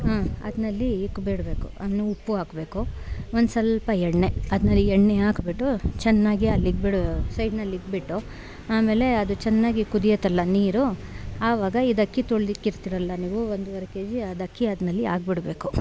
ಹಾಂ ಅದ್ರಲ್ಲಿ ಇಕ್ಬಿಡ್ಬೇಕು ಅನ್ನು ಉಪ್ಪು ಹಾಕ್ಬೇಕು ಒಂದು ಸ್ವಲ್ಪ ಎಣ್ಣೆ ಅದ್ರಲ್ಲಿ ಎಣ್ಣೆ ಹಾಕ್ಬಿಟ್ಟು ಚೆನ್ನಾಗಿ ಅಲ್ಲಿ ಇಕ್ಬಿಡು ಸೈಡ್ನಲ್ಲಿ ಇಟ್ಬಿಟ್ಟು ಆಮೇಲೆ ಅದು ಚೆನ್ನಾಗಿ ಕುದಿಯತ್ತಲ್ಲ ನೀರು ಆವಾಗ ಇದು ಅಕ್ಕಿ ತೊಳೆದಿಕ್ಕಿರ್ತಿರಲ್ಲ ನೀವು ಒಂದುವರೆ ಕೆ ಜಿ ಅದು ಅಕ್ಕಿ ಅದ್ರಲ್ಲಿ ಹಾಕ್ಬಿಡ್ಬೇಕು